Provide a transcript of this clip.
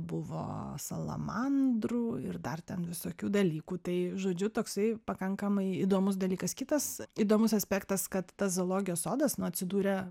buvo salamandrų ir dar ten visokių dalykų tai žodžiu toksai pakankamai įdomus dalykas kitas įdomus aspektas kad tas zoologijos sodas nu atsidūrė